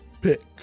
pick